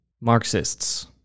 marxists